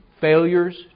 failures